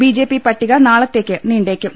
BJP പട്ടിക നാളത്തേയ്ക്ക് നീണ്ടേയ്ക്കും